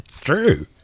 true